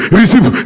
receive